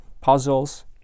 puzzles